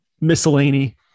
miscellany